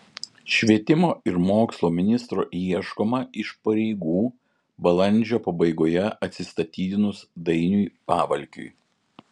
švietimo ir mokslo ministro ieškoma iš pareigų balandžio pabaigoje atsistatydinus dainiui pavalkiui